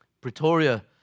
Pretoria